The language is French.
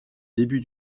début